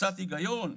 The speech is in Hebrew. קצת היגיון.